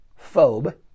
phobe